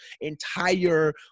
entire